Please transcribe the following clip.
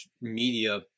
media